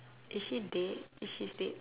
is she dead is she's dead